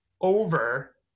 over